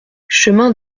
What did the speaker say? chemin